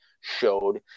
showed